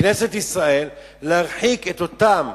בכנסת ישראל, להרחיק את אותם